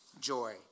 joy